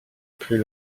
plus